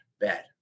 bad